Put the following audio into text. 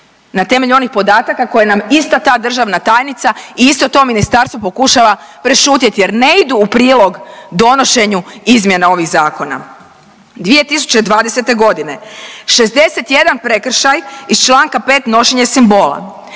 na temelju onih podataka koje nam ista ta državna tajnica i isto to ministarstvo pokušava prešutjeti jer ne idu u prilog donošenju izmjena ovih zakona. 2020. godine 61 prekršaj iz Članka 5. nošenje simbola.